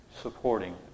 supporting